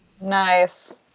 Nice